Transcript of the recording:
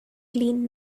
clean